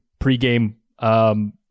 pregame